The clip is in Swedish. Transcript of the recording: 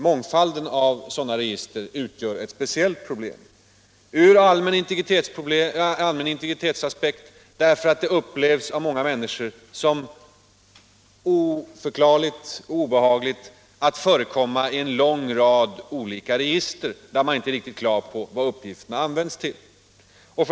Mångfalden av sådana register utgör ett problem ur integritetsaspekt, därför att det av många människor upplevs som oförklarligt och obehagligt att förekomma i en lång rad olika register som man inte är riktigt på det klara med vad de används till.